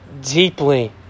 deeply